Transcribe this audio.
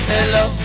Hello